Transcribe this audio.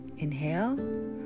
Inhale